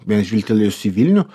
vien žvilgtelėjus į vilnių